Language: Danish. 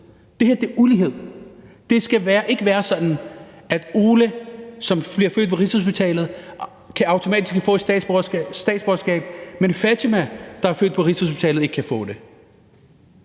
Det her er ulighed. Det skal ikke være sådan, at Ole, som bliver født på Rigshospitalet, automatisk kan få et statsborgerskab, men at Fatima, som er født på Rigshospitalet, ikke kan få det.